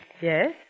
Yes